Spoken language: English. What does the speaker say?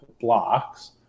blocks